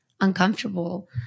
uncomfortable